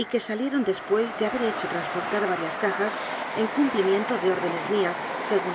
y que salie ron después de haber hecho transportar varias ca jas en cumplimiento de órdenes mías según